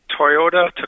Toyota